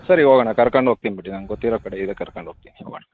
ಸರಿ ಹೋಗೋಣ ಕರ್ಕೊಂಡ್ ಹೋಗ್ತೀನ್ ಬಿಡಿ ನನ್ಗೆ ಗೊತ್ತಿರೋ ಕಡೆಗೆ ಕರ್ಕೊಂಡ್ ಹೋಗ್ತೀನಿ ಹೋಗೋಣ